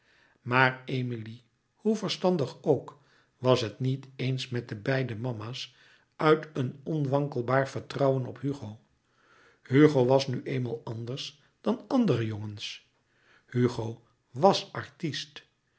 maar emilie hoe verstandig ook was het niet eens met de louis couperus metamorfoze beide mama's uit een onwankelbaar vertrouwen op hugo hugo was nu eenmaal anders dan andere jongens hugo wàs artist